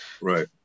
right